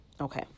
Okay